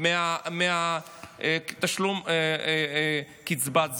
מתשלום קצבת הזקנה.